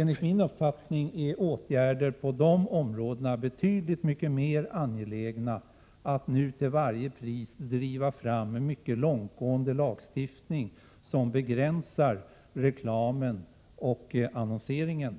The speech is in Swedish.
Enligt min uppfattning är sådana åtgärder betydligt mycket mer angelägna än att nu till varje pris driva fram en mycket långtgående lagstiftning för begränsning av reklamen och annonseringen.